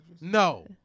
No